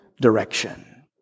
direction